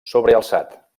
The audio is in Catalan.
sobrealçat